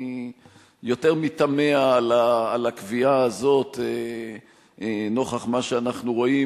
אני יותר מתמֵה על הקביעה הזאת נוכח מה שאנחנו רואים,